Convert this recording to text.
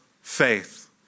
faith